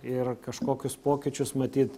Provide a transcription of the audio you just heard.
ir kažkokius pokyčius matyt